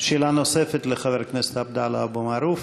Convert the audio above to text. שאלה נוספת לחבר הכנסת עבדאללה אבו מערוף.